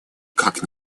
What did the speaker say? как